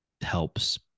helps